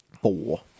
four